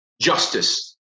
justice